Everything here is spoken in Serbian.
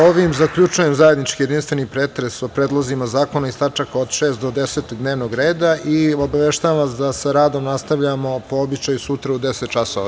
Ovim zaključujem zajednički jedinstveni pretres o predlozima zakona iz tačaka od 6. do 10. dnevnog reda i obaveštavam vas da sa radom nastavljamo, po običaju, sutra u 10,00 časova.